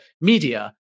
media